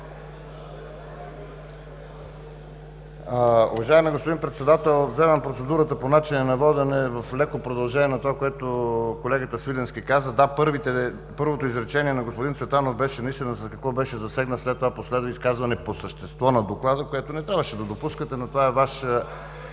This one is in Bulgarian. Уважаеми господин Председател, вземам процедура по начина на водене в леко продължение на това, което колегата Свиленски каза. Да, първото изречение на господин Цветанов беше наистина за какво беше засегнат, след това последва изказване по същество на Доклада, което не трябваше да допускате, но това е Ваше